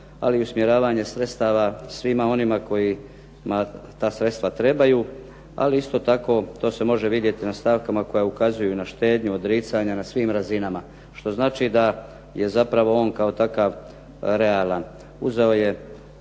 ali i usmjeravanje sredstava svima onima kojima ta sredstva trebaju. Ali isto tako to se može vidjeti na stavkama koja ukazuju na štednju, odricanja na svim razinama što znači da je zapravo on kao takav realan.